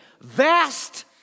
Vast